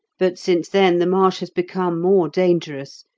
but since then the marsh has become more dangerous,